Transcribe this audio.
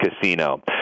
Casino